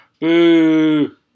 Boo